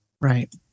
Right